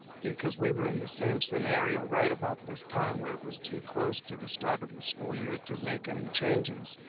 because we were in the same scenario, right? about this time where it was too close to the start of the school year to make any changes.